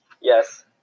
Yes